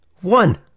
One